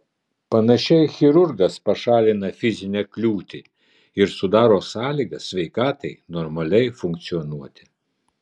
panašiai chirurgas pašalina fizinę kliūtį ir sudaro sąlygas sveikatai normaliai funkcionuoti